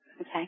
Okay